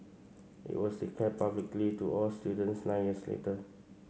it was declared publicly to all students nine years later